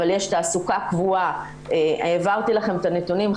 אבל יש תעסוקה קבועה העברתי לכם את הנתונים,